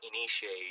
Initiate